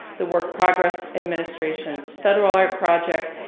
the work progress administrations, federal art project,